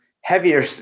heavier